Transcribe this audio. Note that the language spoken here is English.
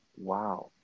Wow